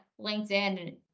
LinkedIn